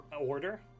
order